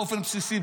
באופן בסיסי,